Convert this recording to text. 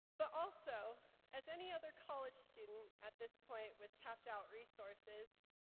but also, as any other college student at this point with tapped out resources,